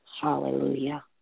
hallelujah